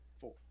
four